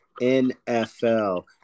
NFL